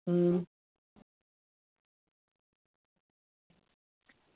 अं